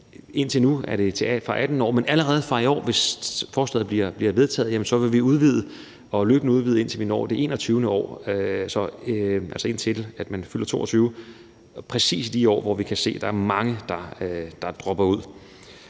Indtil nu er det fra 18 år, men allerede fra i år vil vi, hvis forslaget bliver vedtaget, forlænge perioden og løbende forlænge, indtil vi når det 21. år, altså indtil man fylder 22 år – det er præcis de år, hvor vi kan se der er mange der dropper ud.